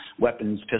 weapons